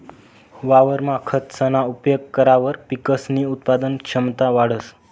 वावरमा खतसना उपेग करावर पिकसनी उत्पादन क्षमता वाढंस